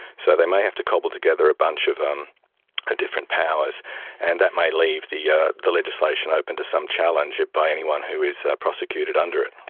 so they may have to cobble together a bunch of um ah different powers and that may leave the yeah the legislation open to some challenge by anyone who is prosecuted under it.